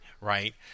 right